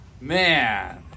Man